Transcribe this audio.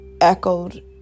echoed